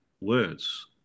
words